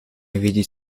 видеть